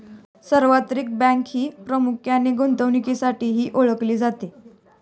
सार्वत्रिक बँक ही प्रामुख्याने गुंतवणुकीसाठीही ओळखली जाते